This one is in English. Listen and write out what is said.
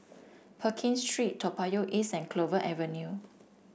Pekin Street Toa Payoh East and Clover Avenue